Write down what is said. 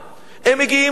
הם מגיעים לכאן,